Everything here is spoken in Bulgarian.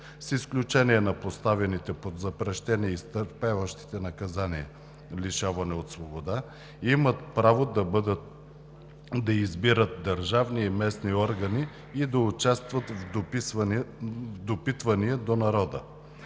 с изключение на поставените под запрещение и изтърпяващите наказание лишаване от свобода, имат право да избират държавни и местни органи и да участват в допитвания до народа.“